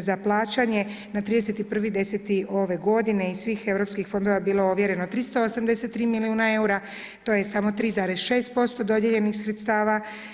za plaćanje na 31.10. ove godine iz svih europskih fondova bilo ovjereno 383 milijuna eura, to je samo 3,6% dodijeljenih sredstava.